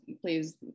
please